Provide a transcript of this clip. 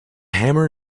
hammer